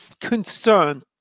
concern